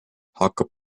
hakkab